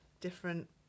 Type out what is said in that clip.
different